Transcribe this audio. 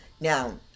Now